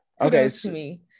Okay